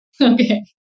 Okay